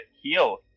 heal